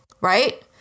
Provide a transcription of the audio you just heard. Right